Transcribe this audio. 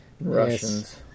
Russians